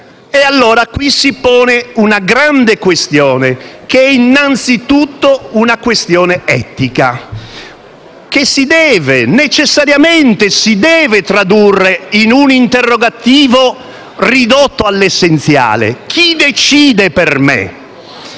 funzioni. Qui si pone dunque una grande questione, che è innanzitutto una questione etica, che si deve necessariamente tradurre in un interrogativo, ridotto all'essenziale: chi decide per me?